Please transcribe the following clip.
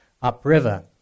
upriver